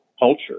culture